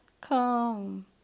come